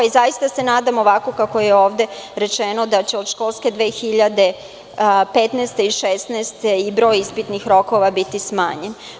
Zaista se nadamo onome, kako je ovde rečeno, da će od školske 2015. i 2016. godine broj ispitnih rokova biti smanjen.